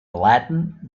latin